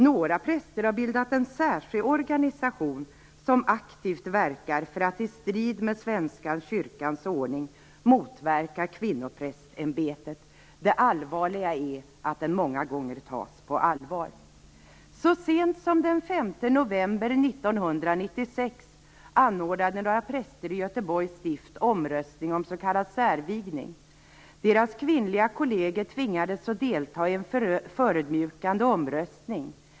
Några präster har bildat en särskild organisation som aktivt verkar för att i strid med Svenska kyrkans ordning motverka kvinnoprästämbetet. Det allvarliga är att den många gånger tas på allvar. Så sent som den 5 november 1996 anordnade några präster i Göteborgs stift omröstning om s.k. särvigning. Deras kvinnliga kolleger tvingades att delta i en förödmjukande omröstning.